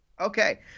Okay